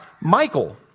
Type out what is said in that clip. Michael